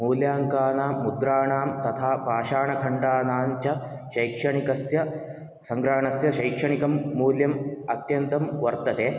मूल्याङ्कानाम् मुद्राणां तथा पाषाण खण्डानाञ्च शैक्षणिकस्य सङ्ग्रहणस्य शैक्षणिकं मूल्यम् अत्यन्तं वर्तते